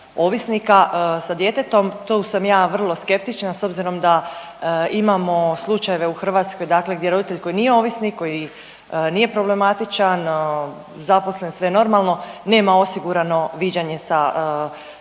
ovisnika sa djetetom, tu sam ja vrlo skeptična s obzirom da imamo slučajeve u Hrvatskoj dakle gdje roditelj koji nije ovisnik, koji nije problematičan, zaposlen, sve normalno, nema osigurano viđanje sa, sa djetetom.